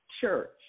church